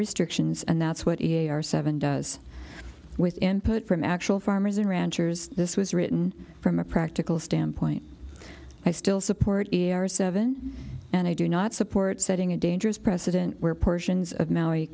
restrictions and that's what a r seven does with input from actual farmers and ranchers this was written from a practical standpoint i still support seven and i do not support setting a dangerous precedent where portions of